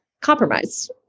compromise